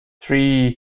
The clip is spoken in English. three